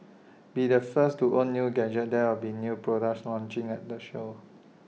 be the first to own new gadgets there will be new products launching at the show